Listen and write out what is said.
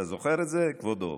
אתה זוכר את זה, כבודו?